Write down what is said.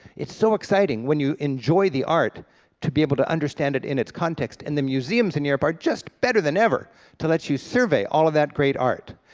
it's so exciting when you enjoy the art to be able to understand it in its context, and the museums in europe are just better than ever to let you survey all of that great art.